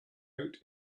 out